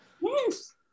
Yes